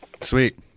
sweet